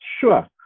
Sure